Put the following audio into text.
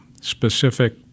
specific